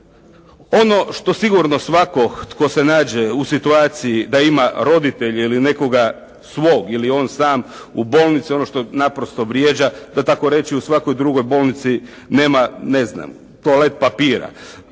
Ono što sigurno svatko tko se nađe u situaciji da ima roditelje ili nekoga svog, ili je on sam u bolnici, ono što naprosto vrijeđa da tako reći u svakoj drugoj bolnici nema ne znam toalet papira,